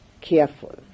careful